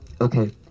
Okay